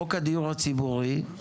חוק הדיור הציבורי,